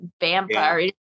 Vampire